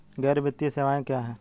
गैर वित्तीय सेवाएं क्या हैं?